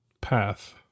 path